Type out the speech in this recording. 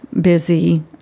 busy